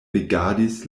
rigardis